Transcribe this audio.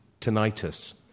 tinnitus